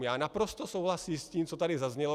Já naprosto souhlasím s tím, co tady zaznělo.